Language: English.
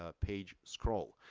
ah page scroll.